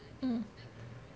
mm